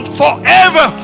forever